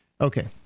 okay